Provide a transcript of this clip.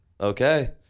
Okay